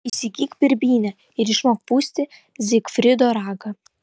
įsigyk birbynę ir išmok pūsti zigfrido ragą